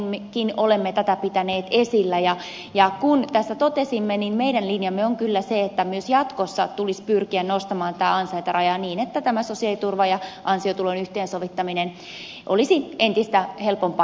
aiemminkin olemme tätä pitäneet esillä ja kuten tässä totesimme meidän linjamme on kyllä se että myös jatkossa tulisi pyrkiä nostamaan tätä ansaintarajaa niin että tämä sosiaaliturvan ja ansiotulon yhteensovittaminen olisi entistä helpompaa ja jouhevampaa